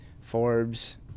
Forbes